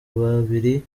babiri